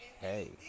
hey